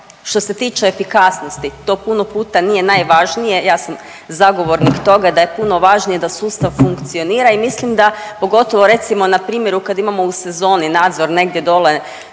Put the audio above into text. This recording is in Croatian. što se tiče efikasnosti to puno puta nije najvažnije, ja sam zagovornik toga da je puno važnije da sustav funkcionira i mislim da pogotovo recimo na primjeru kad imamo u sezoni nadzor negdje dole